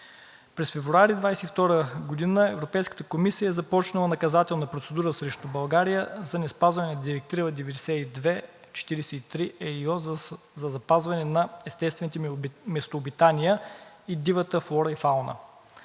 През февруари 2022 г. Европейската комисия е започнала наказателна процедура срещу България за неспазване на Директива 9243/ЕИО за запазване на естествените местообитания и дивата флора и фауна.